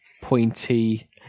pointy